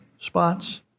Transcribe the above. spots